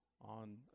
on